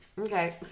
Okay